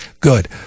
Good